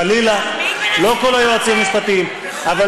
חלילה, לא כל היועצים המשפטיים, תמיד מנסים לטרפד?